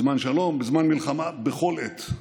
בזמן שלום, בזמן מלחמה, בכל עת,